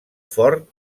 fort